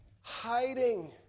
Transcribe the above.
hiding